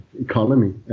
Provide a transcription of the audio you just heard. economy